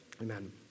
Amen